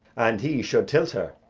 and he should tilt her.